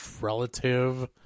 relative